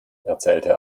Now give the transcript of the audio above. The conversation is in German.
erzählte